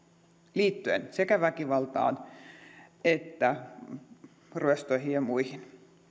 liittyen sekä väkivaltaan että ryöstöihin ja muihin